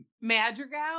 madrigal